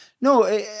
no